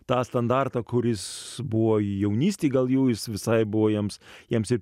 tą standartą kuris buvo jaunystėj gal jau jis visai buvo jiems jiems ir